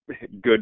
good